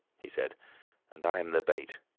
he said and i am the bait.